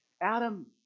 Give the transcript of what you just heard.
Adam